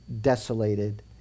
desolated